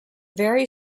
very